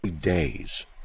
days